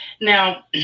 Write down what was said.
Now